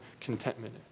contentment